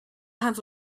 have